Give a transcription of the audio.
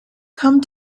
come